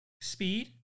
Speed